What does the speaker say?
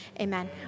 amen